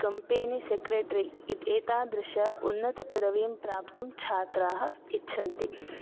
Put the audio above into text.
company secretary इत् एतादृश उन्नतपदवीं प्राप्तुं छात्राः इच्छन्ति